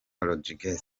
rodriguez